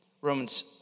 Romans